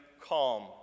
calm